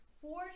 four